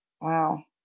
wow